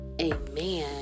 amen